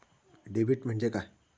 Debit म्हणजे काय?